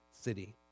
city